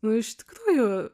nu iš tikrųjų